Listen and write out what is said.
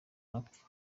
arapfa